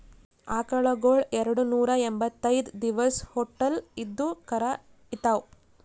ಆಕಳಗೊಳ್ ಎರಡನೂರಾ ಎಂಭತ್ತೈದ್ ದಿವಸ್ ಹೊಟ್ಟಲ್ ಇದ್ದು ಕರಾ ಈತಾವ್